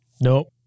Nope